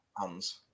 hands